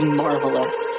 marvelous